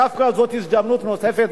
דווקא זאת הזדמנות נוספת,